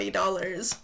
dollars